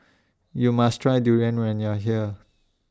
YOU must Try Durian when YOU Are here